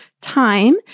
time